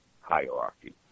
hierarchy